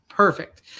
perfect